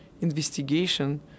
investigation